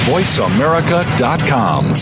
VoiceAmerica.com